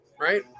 right